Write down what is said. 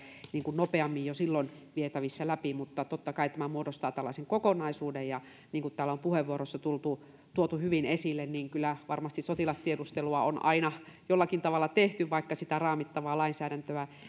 nopeammin jo silloin vietävissä läpi mutta totta kai tämä muodostaa tällaisen kokonaisuuden niin kuin täällä on puheenvuoroissa tuotu tuotu hyvin esille kyllä varmasti sotilastiedustelua on aina jollakin tavalla tehty vaikka sitä raamittavaa lainsäädäntöä